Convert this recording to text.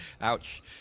Ouch